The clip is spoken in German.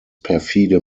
perfide